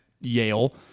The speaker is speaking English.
Yale